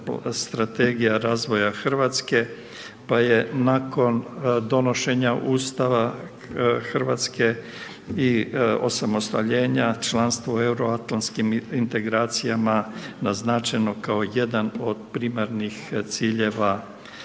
Strategija razvoja Hrvatske, pa je nakon donošenja Ustava Hrvatske i osamostaljenja, članstvo u euroatlanskim integracijama naznačeno kao jedan od primarnih ciljeva kako